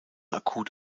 akut